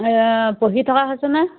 পঢ়ি থকা হৈছেনে